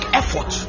effort